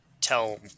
tell